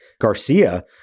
Garcia